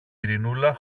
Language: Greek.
ειρηνούλα